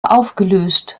aufgelöst